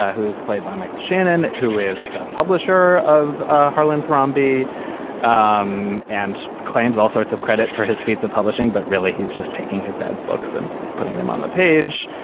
ah who played by michael shannon, who is the publisher of harlan thrombin um and claims all sorts of credit for his feats of publishing. but really, he's just taking his dad's books and putting them on the page.